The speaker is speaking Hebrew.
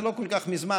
זה לא כל כך מזמן,